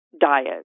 diet